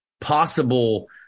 possible